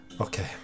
Okay